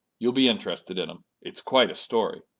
you'll be interested in him. it's quite a story.